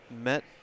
met